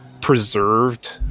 preserved